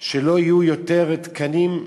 שלא יהיו יותר מ-2,000